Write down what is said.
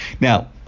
now